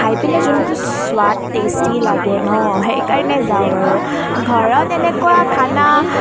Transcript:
খাই পিনে যোনটো সোৱাদ টেষ্টি লাগে ন' সেইকাৰণে যাওঁ আৰু ঘৰত এনেকুৱা খানা